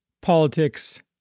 politics